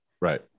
right